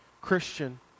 Christian